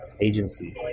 agency